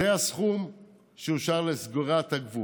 זה הסכום שאושר לסגירת הגבול.